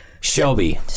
Shelby